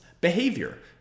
behavior